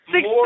Six